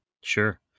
Sure